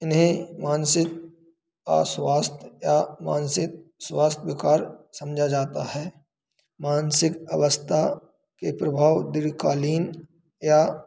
इन्हें मानसिक अस्वस्थ या मानसिक स्वास्थ्य विकार समझा जाता है मानसिक अवस्था के प्रभाव दीर्घकालीन या